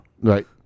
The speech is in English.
Right